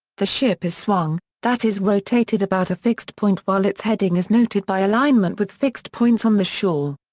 the ship is swung, that is rotated about a fixed point while its heading is noted by alignment with fixed points on the shore.